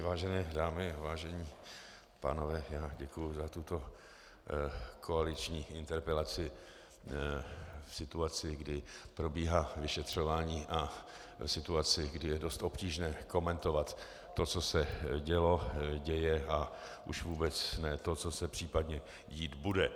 Vážené dámy, vážení pánové, děkuju za tuto koaliční interpelaci v situaci, kdy probíhá vyšetřovaní, a v situaci, kdy je dost obtížné komentovat to, co se dělo, děje, a už vůbec ne to, co se případně dít bude.